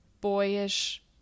boyish